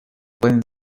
pueden